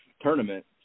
tournament